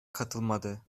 katılmadı